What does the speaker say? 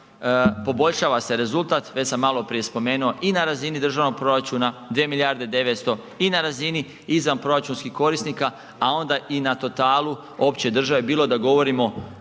poboljšava se rezultat, već sam maloprije spomenuo i na razini državnog proračuna 2 milijarde i 900 i na razini izvanproračunskih korisnika, a onda i na totalu opće države bilo da govorimo